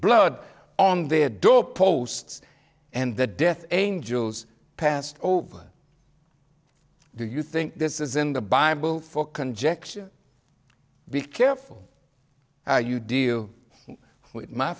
blood on their doorposts and the death angels passed over do you think this is in the bible for conjecture be careful how you deal with my